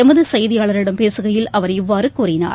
எமது செய்தியாளரிடம் பேசுகையில் அவர் இவ்வாறு கூறினார்